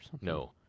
No